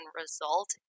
result